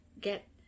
get